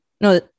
No